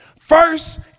First